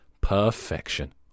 Perfection